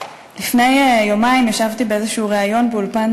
לפני יומיים ישבתי באיזשהו ריאיון באולפן